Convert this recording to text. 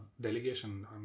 delegation